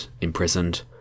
imprisoned